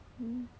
hmm